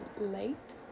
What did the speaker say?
late